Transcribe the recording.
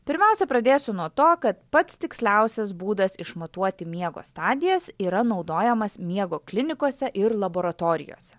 pirmiausia pradėsiu nuo to kad pats tiksliausias būdas išmatuoti miego stadijas yra naudojamas miego klinikose ir laboratorijose